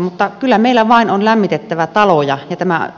mutta kyllä meillä vain on lämmitettävä taloja ja tämä